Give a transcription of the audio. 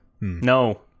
no